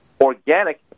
organic